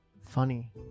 funny